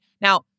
Now